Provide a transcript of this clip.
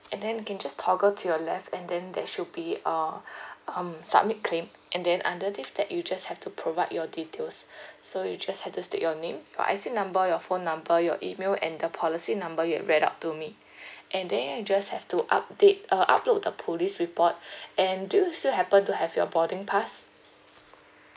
and then can just toggle to your left and then there should be uh um submit claim and then under this that you just have to provide your details so you just have to state your name your I_C number your phone number your email and the policy number you'd read out to me and then you just have to update uh upload the police report and do you still happen to have your boarding pass